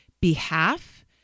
behalf